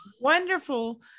wonderful